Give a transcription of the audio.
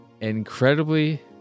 incredibly